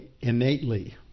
innately